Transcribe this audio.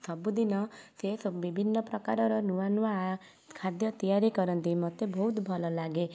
ସବୁଦିନ ସିଏ ବିଭିନ୍ନ ପ୍ରକାରର ନୂଆ ନୂଆ ଖାଦ୍ୟ ତିଆରି କରନ୍ତି ମୋତେ ବହୁତ ଭଲ ଲାଗେ